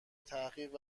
تحقیق